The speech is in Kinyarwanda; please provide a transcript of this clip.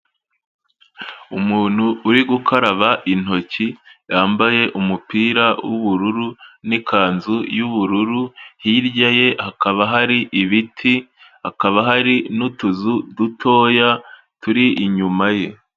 Umuntu uri gukaraba intoki, yambaye umupira w'ubururu n'ikanzu y'ubururu, hirya ye hakaba hari ibiti hakaba hari n'utuzu dutoya turi inyuma ye.